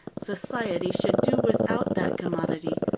society should do without that commodity,